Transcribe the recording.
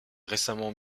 récemment